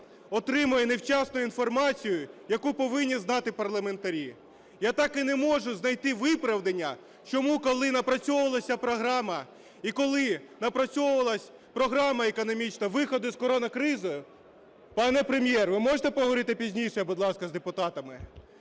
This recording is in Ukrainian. отримує невчасно інформацію, яку повинні знати парламентарі. Я так і не можу знайти виправдання, чому коли напрацьовувались програма і коли напрацьовувалась програма економічна виходу із коронакризи… (Пане Прем'єр, ви можете поговорити пізніше, будь ласка, з депутатами?)